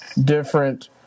different